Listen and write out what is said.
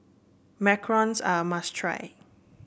Macarons are must try